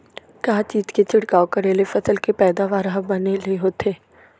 का चीज के छिड़काव करें ले फसल के पैदावार ह बने ले होथे?